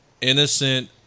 innocent